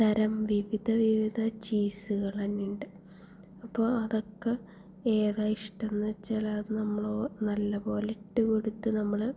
തരം വിവിധ വിവിധ ചീസ്സുകൾ തന്നെയുണ്ട് അപ്പോൾ അതൊക്കെ ഏതാണ് ഇഷ്ടം എന്ന് വച്ചാലത് നമ്മൾ നല്ലപോലെ ഇട്ടു കൊടുത്ത് നമ്മൾ